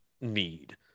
need